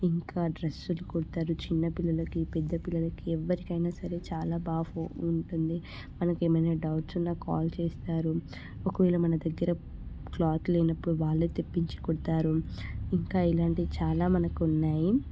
ఇంకా డ్రెస్సులు కుడతారు చిన్న పిల్లలకి పెద్ద పిల్లలకి ఎవ్వరికైనా సరే చాలా బాగుంటుంది మనకు ఏమైనా డౌట్స్ ఉన్న కాల్ చేస్తారు ఒకవేళ మన దగ్గర క్లాత్ లేనప్పుడు వాళ్ళే తెప్పించి కుడతారు ఇంకా ఇలాంటివి చాలా మనకు ఉన్నాయి